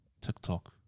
TikTok